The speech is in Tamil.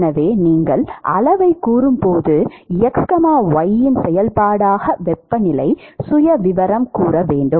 எனவே நீங்கள் அளவைக் கூறும்போது x y இன் செயல்பாடாக வெப்பநிலை சுயவிவரம் கூற வேண்டும்